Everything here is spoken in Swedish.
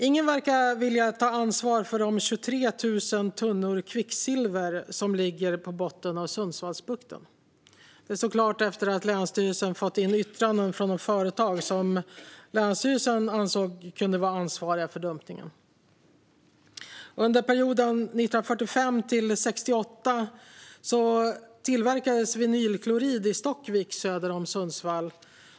Ingen verkar vilja ta ansvar för de 23 000 tunnor kvicksilver som ligger på botten av Sundsvallsbukten. Det står klart efter att länsstyrelsen fått in yttranden från de företag som länsstyrelsen ansåg kunde vara ansvariga för dumpningen. Under perioden 1945-1968 tillverkades vinylklorid i Stockvik söder om Sundsvall.